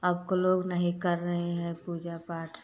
अब को लोग नही कर रहे हैं पूजा पाठ